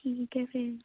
ਠੀਕ ਹੈ ਫਿਰ